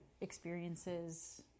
experiences